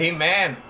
Amen